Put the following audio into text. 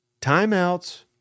timeouts